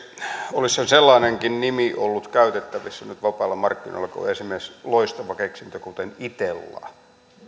olisihan sellainenkin nimi ollut käytettävissä nyt vapailla markkinoilla kuin esimerkiksi loistava keksintö itella